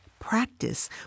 practice